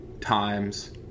times